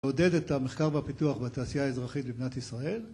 לעודד את המחקר והפיתוח בתעשייה האזרחית במדינת ישראל